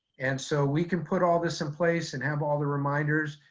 and so we can put all this in place and have all the reminders,